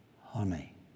honey